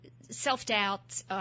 self-doubt